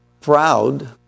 proud